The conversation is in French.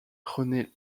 rené